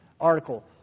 article